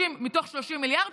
מתוך 30 מיליארד,